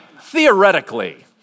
Theoretically